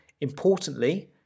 importantly